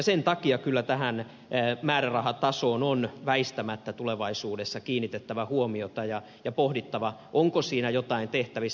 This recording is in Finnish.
sen takia kyllä tähän määrärahatasoon on väistämättä tulevaisuudessa kiinnitettävä huomiota ja pohdittava onko siinä jotain tehtävissä